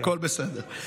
הכול בסדר.